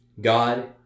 God